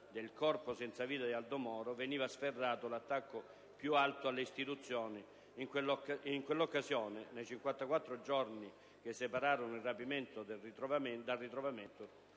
del corpo senza vita di Aldo Moro, veniva sferrato l'attacco più alto alle istituzioni. In quell'occasione, nei 54 giorni che separarono il rapimento dal ritrovamento,